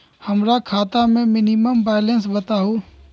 हमरा खाता में मिनिमम बैलेंस बताहु?